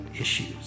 issues